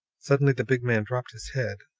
suddenly the big man dropped his head,